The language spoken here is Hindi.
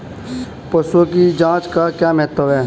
पशुओं की जांच का क्या महत्व है?